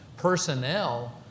personnel